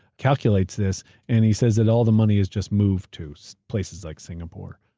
calculates this and he says that all the money is just moved to so places like singapore.